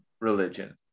religion